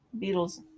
Beatles